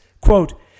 Quote